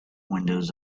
windows